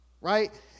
right